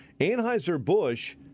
Anheuser-Busch